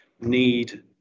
need